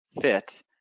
fit